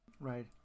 Right